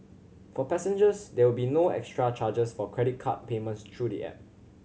for passengers there will be no extra charges for credit card payments through the app